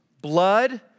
blood